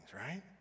right